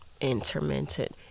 intermented